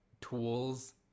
tools